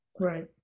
Right